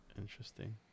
Interesting